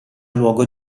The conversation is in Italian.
luogo